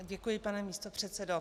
Děkuji, pane místopředsedo.